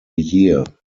year